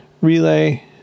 relay